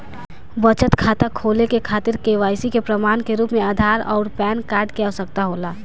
बचत खाता खोले के खातिर केवाइसी के प्रमाण के रूप में आधार आउर पैन कार्ड के आवश्यकता होला